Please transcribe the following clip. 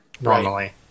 Normally